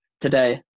today